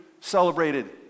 celebrated